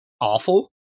awful